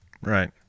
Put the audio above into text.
Right